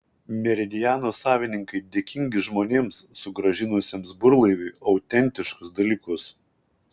meridiano savininkai dėkingi žmonėms sugrąžinusiems burlaiviui autentiškus dalykus